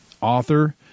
author